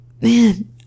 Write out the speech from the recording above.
man